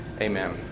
amen